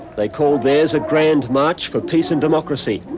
they called theirs a grand march for peace and democracy.